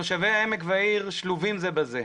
תושבי העמק והעיר שלובים זה בזה.